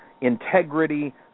Integrity